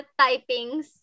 typings